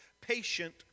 patient